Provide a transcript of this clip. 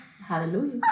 Hallelujah